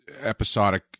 episodic